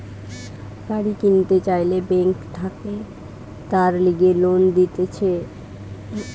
গাড়ি কিনতে চাইলে বেঙ্ক থাকে তার লিগে লোন দিতেছে